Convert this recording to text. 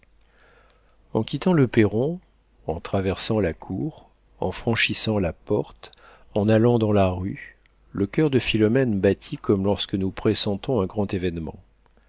en quittant le perron en traversant la cour en franchissant la porte en allant dans la rue le coeur de philomène battit comme lorsque nous pressentons un grand événement